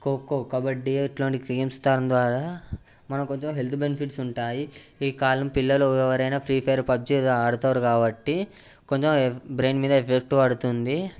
ఖోఖో కబడ్డీ ఇట్లాంటి గేమ్స్ దాని ద్వారా మనకు కొంచెం హెల్త్ బెనిఫిట్స్ ఉంటాయి ఈ కాలం పిల్లలు ఎవరైనా ఫ్రీ ఫైర్ పబ్జి ఆడుతారు కాబట్టి కొంచెం బ్రెయిన్ మీద ఎఫెక్ట్ పడుతుంది